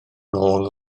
nôl